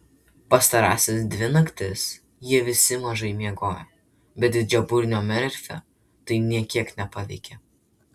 pastarąsias dvi naktis jie visi mažai miegojo bet didžiaburnio merfio tai nė kiek nepaveikė